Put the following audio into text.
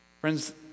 Friends